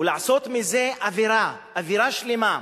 ולעשות מזה אווירה שלמה, אווירה שלמה,